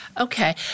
Okay